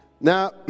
Now